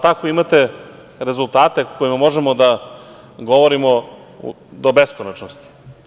Tako imate rezultate o kojima možemo da govorimo do beskonačnosti.